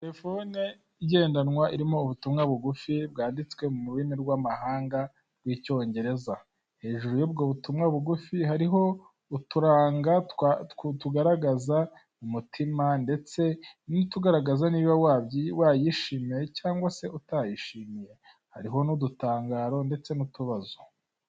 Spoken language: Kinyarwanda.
Telefone igendanwa irimo ubutumwa bugufi bwanditswe mu rurimi rw'amahanga rw'icyongereza, hejuru y'ubwo butumwa bugufi hariho uturango tugaragaza umutima ndetse ni utugaragaza niba wa wayishimiye cyangwa se utayishimiye hariho n'udutangaro ndetse n'utubazo.